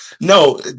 No